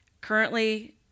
Currently